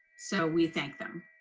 so we thank them?